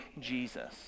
Jesus